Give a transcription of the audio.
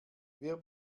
wir